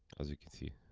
as you can see,